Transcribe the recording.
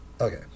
Okay